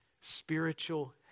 spiritual